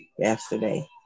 yesterday